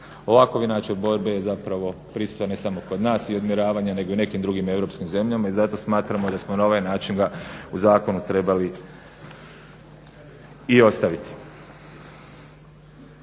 Ovakav način borbe je zapravo pristao i kod nas ne samo odmjeravanja, nego i u nekim drugim europskim zemljama i zato smatramo da smo na ovaj način ga u zakonu trebali i ostaviti.